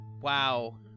Wow